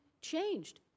changed